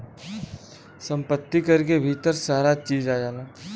सम्पति कर के भीतर सारा चीज आ जाला